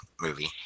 movie